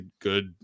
good